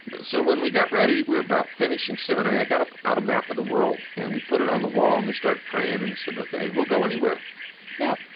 so when we got ready we were about finishing seminary i got out a map of the world, and we put it on the wall. and we start praying and said, ok, we'll go anywhere now,